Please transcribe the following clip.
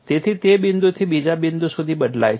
તેથી તે બિંદુથી બીજા બિંદુ સુધી બદલાય છે